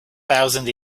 thousand